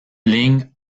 lignes